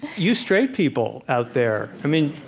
you straight people out there, i mean,